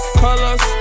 colors